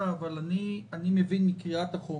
אני מבין מקריאת החומר,